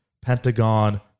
Pentagon